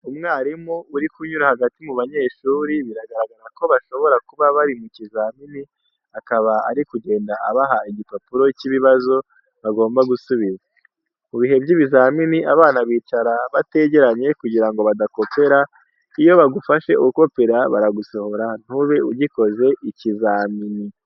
Umwarimu uri kunyura hagati mu banyeshuri, bigaragara ko bashobora kuba bari mu kizamini, akaba ari kugenda abaha igipapuro cy'ibibazo bagomba gusubiza. Mu bihe by'ibizamini abana bicara bategeranye kugira ngo badakopera, iyo bagufashe ukopera baragusohora ntube ugikoze ikizamini.